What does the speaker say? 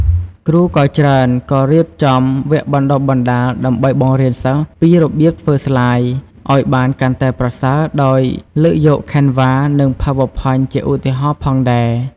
គ្រូក៏ច្រើនក៏រៀបចំវគ្គបណ្តុះបណ្ដាល ដើម្បីបង្រៀនសិស្សពីរបៀបធ្វើស្លាយឱ្យបានកាន់តែប្រសើរ ដោយលើកយក Canva និងPowerPoint ជាឧទាហរណ៍ផងដែរ